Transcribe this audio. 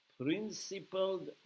principled